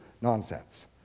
nonsense